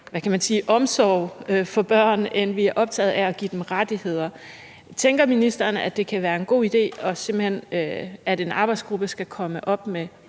af, man kan sige omsorg for børn, end vi er optaget af at give dem rettigheder. Tænker ministeren, at det kan være en god idé, at en arbejdsgruppe skal komme med